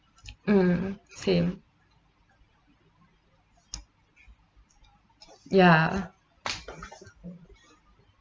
mm same ya